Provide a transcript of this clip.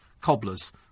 Cobblers